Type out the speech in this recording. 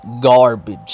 garbage